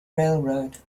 railroad